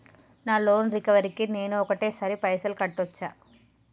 నా loan recovery కి నేను ఒకటేసరి పైసల్ కట్టొచ్చా?